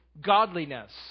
godliness